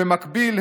בנט היה